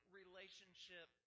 relationship